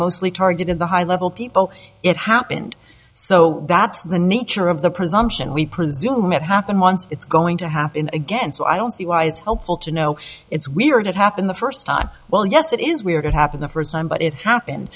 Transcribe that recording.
mostly targeted the high level people it happened so that's the nature of the presumption we presume it happened once it's going to happen again so i don't see why it's helpful to know it's weird it happened the first time well yes it is we are going to happen the first time but it happened